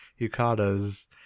yukatas